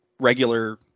regular